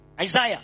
Isaiah